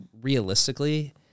realistically